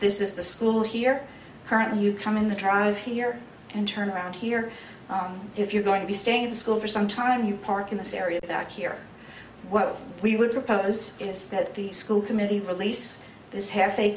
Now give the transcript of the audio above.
this is the school here currently you come in the trial is here and turn around here if you're going to be staying in school for some time you park in this area back here what we would propose is that the school committee release this ha